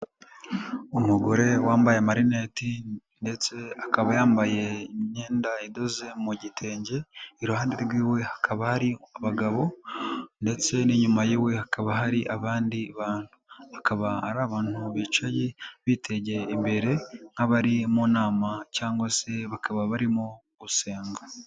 Umugore wambaye amarineti ndetse akaba yambaye imyenda idoze mu gitenge, iruhande rw'iwe hakaba hari abagabo ndetse n'inyuma yiwe hakaba hari abandi bantu. Akaba ari abantu bicaye bitegeye imbere nkaho bari mu nama cyangwa se bakaba barimo gusenga.